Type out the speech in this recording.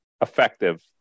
effective